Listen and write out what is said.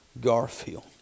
Garfield